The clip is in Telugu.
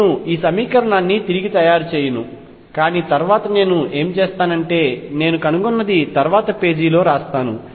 నేను ఈ సమీకరణాన్ని తిరిగి రాయ ను కానీ తరువాత నేను ఏమి చేస్తానంటే నేను కనుగొన్నది తరువాత పేజీలో రాస్తాను